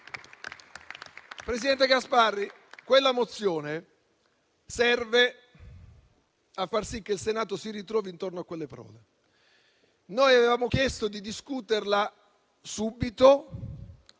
Presidente Gasparri, quella mozione serve a far sì che il Senato si ritrovi intorno a quelle parole. Noi avevamo chiesto di discuterla subito,